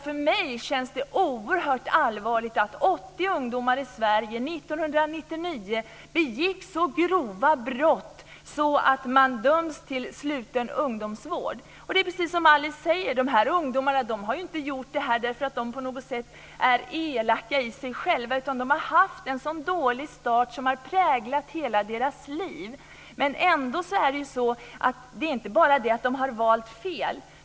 För mig känns det oerhört allvarligt att Det är precis som Alice säger, de här ungdomarna har inte gjort det här för att de på något sätt är elaka i sig själva. De har haft en dålig start som har präglat hela deras liv. Men det är inte bara det att de valt fel.